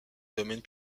domaine